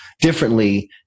differently